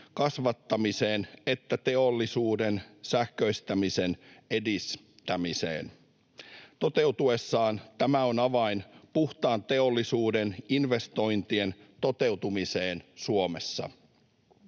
kasvattamiseen että teollisuuden sähköistämisen edistämiseen. Toteutuessaan tämä on avain puhtaan teollisuuden investointien toteutumiseen Suomessa.